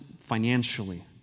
financially